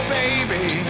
baby